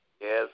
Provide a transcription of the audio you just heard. Yes